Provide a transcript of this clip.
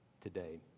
today